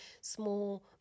small